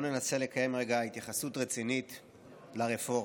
רגע התייחסות רצינית לרפורמה.